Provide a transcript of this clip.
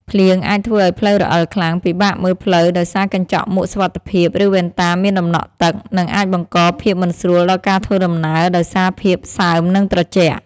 ភ្លៀងអាចធ្វើឱ្យផ្លូវរអិលខ្លាំង ពិបាកមើលផ្លូវដោយសារកញ្ចក់មួកសុវត្ថិភាព ឬវ៉ែនតាមានដំណក់ទឹក និងអាចបង្កភាពមិនស្រួលដល់ការធ្វើដំណើរដោយសារភាពសើម និងត្រជាក់។